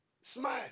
smile